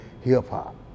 hip-hop